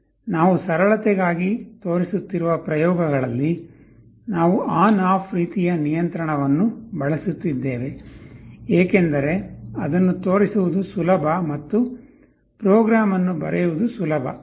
ನಾವು ಸರಳತೆಗಾಗಿ ತೋರಿಸುತ್ತಿರುವ ಪ್ರಯೋಗಗಳಲ್ಲಿ ನಾವು ಆನ್ ಆಫ್ ರೀತಿಯ ನಿಯಂತ್ರಣವನ್ನು ಬಳಸುತ್ತಿದ್ದೇವೆ ಏಕೆಂದರೆ ಅದನ್ನು ತೋರಿಸುವುದು ಸುಲಭ ಮತ್ತು ಪ್ರೋಗ್ರಾಂ ಅನ್ನು ಬರೆಯುವುದು ಸುಲಭ